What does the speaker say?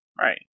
Right